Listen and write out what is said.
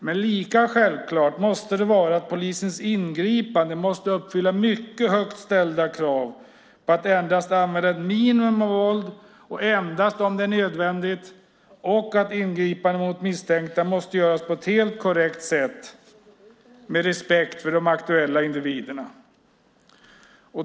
Men lika självklart måste det vara att polisens ingripanden uppfyller mycket högt ställda krav på att endast använda ett minimum av våld och endast om det är nödvändigt och att ingripandet mot misstänkta görs på ett helt korrekt sätt med respekt för de aktuella individerna.